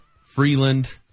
Freeland